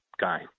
Guy